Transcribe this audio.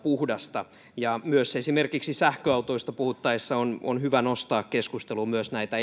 puhdasta myös esimerkiksi sähköautoista puhuttaessa on on hyvä nostaa keskusteluun myös näitä